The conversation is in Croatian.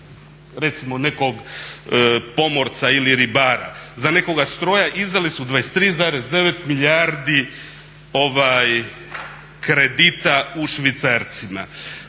recimo nekog pomorca ili ribara, za nekoga stroja izdali su 23,9 milijardi kredita u švicarcima.